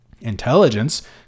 Intelligence